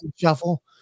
Shuffle